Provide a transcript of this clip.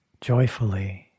joyfully